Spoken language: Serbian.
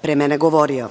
pre mene govorio.